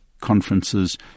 conferences